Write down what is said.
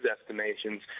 estimations